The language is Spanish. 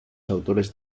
autores